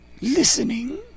listening